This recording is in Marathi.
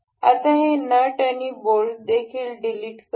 आम्ही हे नट आणि बोल्ट देखील डिलीट करू